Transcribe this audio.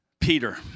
Peter